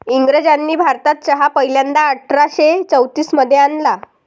इंग्रजांनी भारतात चहा पहिल्यांदा अठरा शे चौतीस मध्ये आणला